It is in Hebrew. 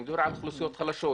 אני מדבר על אוכלוסיות חלשות.